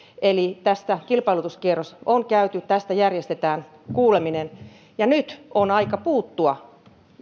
tästä kilpailutuskierros on käyty tästä järjestetään kuuleminen nyt on aika puuttua